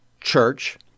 Church